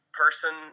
person